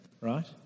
right